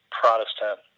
Protestant